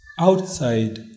outside